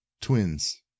Twins